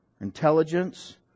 intelligence